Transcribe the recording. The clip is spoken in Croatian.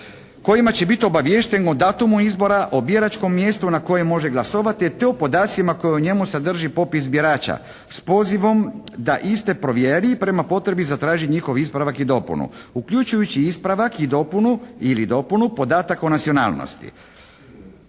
kojima će biti obaviješten o datumu izbora, o biračkom mjestu na kojem može glasovati te o podacima koji u njemu sadrži popis birača s pozivom da iste provjeri i prema potrebi zatraži njihov ispravak i dopunu uključujući ispravak ili dopunu podataka o nacionalnosti